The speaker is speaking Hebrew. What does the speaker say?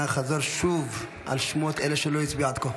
אנא חזור שוב על שמות אלה שלא הצביעו עד כה.